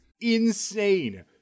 Insane